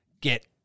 get